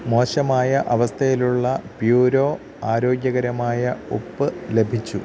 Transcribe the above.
മോശമായ അവസ്ഥയിലുള്ള പ്യൂരോ ആരോഗ്യകരമായ ഉപ്പ് ലഭിച്ചു